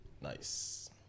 nice